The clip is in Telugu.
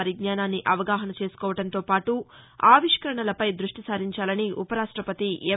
పరిజ్ఞానాన్ని అవగాహన చేసుకోవడంతోపాటు ఆవిష్కరణలపై దృష్టి సారించాలని ఉపరాష్ట్రపతి ఎం